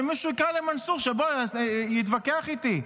שמישהו יקרא למנסור שיבוא להתווכח איתי.